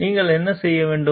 நீங்கள் என்ன செய்ய வேண்டும்